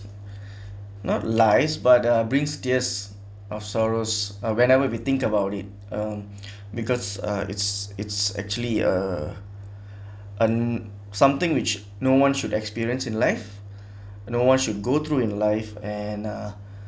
not lies but uh brings tears of sorrows uh whenever we think about it um because uh it's it's actually a um something which no one should experience in life no one should go through in life and uh